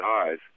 eyes